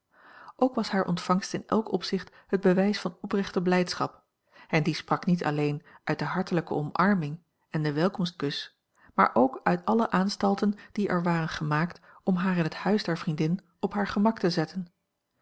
ook was hare ontvangst in elk opzicht het bewijs van oprechte blijdschap en die sprak niet alleen uit de hartelijke omarming en den welkomstkus maar ook uit alle aanstalten die er waren gemaakt om haar in het huis der vriendin op haar gemak te zetten